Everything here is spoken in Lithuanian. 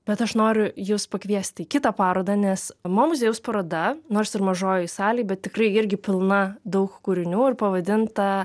bet aš noriu jus pakviesti į kitą parodą nes mo muziejaus paroda nors ir mažojoje salėj bet tikrai irgi pilna daug kūrinių ar pavadinta